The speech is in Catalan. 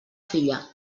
filla